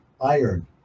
iron